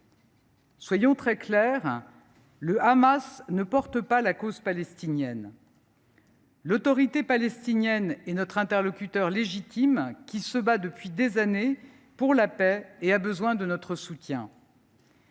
Soyons très clairs : le Hamas ne porte pas la cause palestinienne. L’Autorité palestinienne est notre interlocuteur légitime, qui se bat depuis des années pour la paix et qui a besoin de notre soutien.